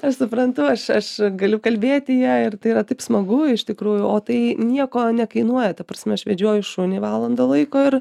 aš suprantu aš aš galiu kalbėti ja ir tai yra taip smagu iš tikrųjų o tai nieko nekainuoja ta prasme aš vedžioju šunį valandą laiko ir